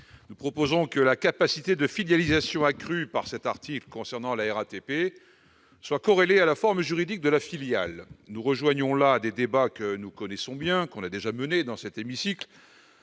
nous proposons que la capacité de filialisation, accrue par cet article concernant la RATP, soit corrélée à la forme juridique de la filiale. Nous rejoignons là des débats que nous connaissons bien dans cet hémicycle,